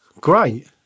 great